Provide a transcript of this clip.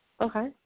Okay